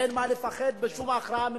אין מה לפחד משום הכרעה מדינית,